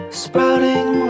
sprouting